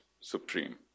supreme